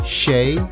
shay